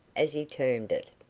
as he termed it.